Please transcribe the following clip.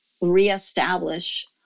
reestablish